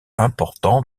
important